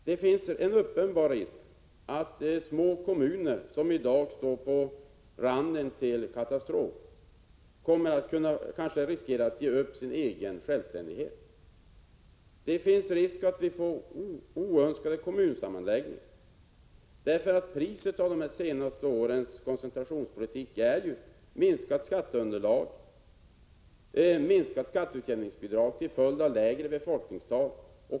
Det finns en uppenbar risk att små kommuner som i dag står på randen till katastrof får ge upp sin självständighet. Det finns risk för att vi får oönskade kommunsammanläggningar. Priset för de senaste årens koncentrationspolitik är ju minskat skatteunderlag och minskade skatteutjämningsbidrag till följd av lägre befolkningstal.